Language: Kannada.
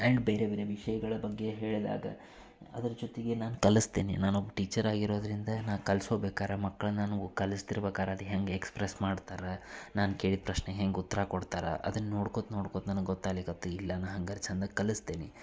ಆ್ಯಂಡ್ ಬೇರೆ ಬೇರೆ ವಿಷಯಗಳ ಬಗ್ಗೆ ಹೇಳಿದಾಗ ಅದರ ಜೊತಿಗೆ ನಾನು ಕಲಿಸ್ತಿನಿ ನಾನು ಒಬ್ಬ ಟೀಚರಾಗಿರೋದರಿಂದ ನಾ ಕಲ್ಸಬೇಕಾರ ಮಕ್ಳನ್ನು ನಾನು ಕಲಿಸ್ತಿರ್ಬೇಕಾರೆ ಅದು ಹೆಂಗೆ ಎಕ್ಸ್ಪ್ರೆಸ್ ಮಾಡ್ತಾರೆ ನಾನು ಕೇಳಿದ ಪ್ರಶ್ನೆ ಹೆಂಗೆ ಉತ್ತರ ಕೊಡ್ತಾರೆ ಅದನ್ನು ನೋಡ್ಕೊತ ನೋಡ್ಕೊತ ನನಗೆ ಗೊತ್ತಾಗಲಿಕತ್ತು ಇಲ್ಲ ನಾ ಹಂಗಾರೆ ಚಂದ ಕಲಿಸ್ತೀನಿ